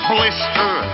Blister